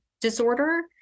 disorder